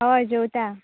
होय जोवता